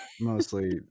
mostly